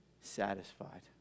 Satisfied